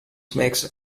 makes